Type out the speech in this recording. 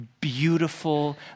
beautiful